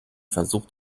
versucht